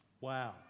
Wow